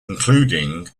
including